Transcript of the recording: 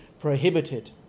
prohibited